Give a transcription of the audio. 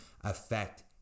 affect